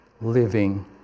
living